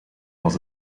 was